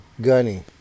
Gunny